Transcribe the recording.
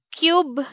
cube